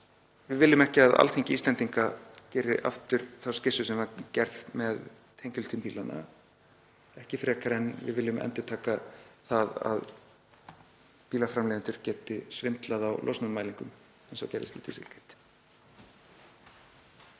Við viljum ekki að Alþingi Íslendinga geri aftur þá skyssu sem var gerð með tengiltvinnbílana, ekki frekar en við viljum endurtaka það að bílaframleiðendur geti svindlað á losunarmælingum eins og gerðist í Dieselgate.